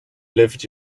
lived